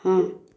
ହଁ